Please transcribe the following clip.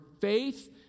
faith